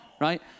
Right